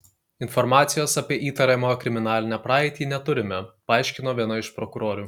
informacijos apie įtariamojo kriminalinę praeitį neturime paaiškino viena iš prokurorių